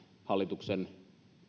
hallituksen